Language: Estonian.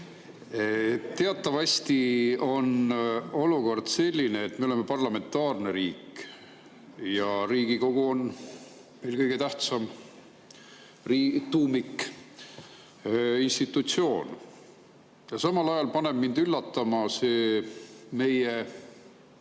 Teatavasti on olukord selline, et me oleme parlamentaarne riik ja Riigikogu on meil kõige tähtsam tuumikinstitutsioon. Samal ajal paneb mind üllatama see– ma